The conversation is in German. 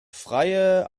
freie